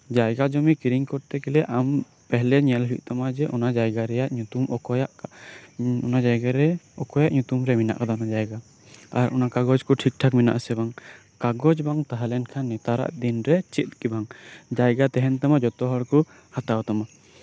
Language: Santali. ᱡᱟᱭᱜᱟ ᱡᱚᱫᱤ ᱠᱤᱨᱤᱧ ᱠᱚᱨᱛᱮ ᱜᱮᱞᱮ ᱟᱢ ᱯᱮᱦᱮᱞᱟ ᱧᱮᱞ ᱦᱳᱭᱳᱜ ᱛᱟᱢᱟ ᱡᱮ ᱚᱱᱟ ᱡᱟᱭᱜᱟ ᱨᱮᱭᱟᱜ ᱧᱩᱛᱩᱢ ᱚᱠᱚᱭᱟᱜ ᱡᱟᱭᱜᱟᱨᱮ ᱚᱠᱭᱟᱜ ᱧᱩᱛᱩᱢ ᱨᱮ ᱢᱮᱱᱟᱜ ᱠᱟᱫᱟ ᱚᱱᱟ ᱠᱚ ᱡᱟᱭᱜᱟ ᱟᱨ ᱚᱱᱟ ᱠᱚ ᱠᱟᱜᱚᱡᱽ ᱠᱚ ᱴᱷᱤᱠ ᱴᱷᱟᱠ ᱢᱮᱱᱟᱜ ᱟᱥᱮ ᱵᱟᱝ ᱠᱟᱜᱚᱡᱽ ᱵᱟᱝ ᱛᱟᱦᱮᱸ ᱞᱮᱱᱠᱷᱟᱱ ᱱᱮᱛᱟᱨᱟᱜ ᱫᱤᱱᱨᱮ ᱡᱟᱭᱜᱟ ᱛᱟᱦᱮᱱ ᱨᱮᱦᱚᱸ ᱡᱷᱚᱛᱚ ᱦᱚᱲ ᱠᱚ ᱦᱟᱛᱟᱣ ᱛᱟᱢᱟ